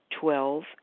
Twelve